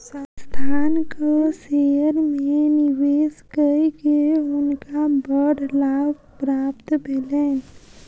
संस्थानक शेयर में निवेश कय के हुनका बड़ लाभ प्राप्त भेलैन